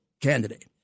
candidate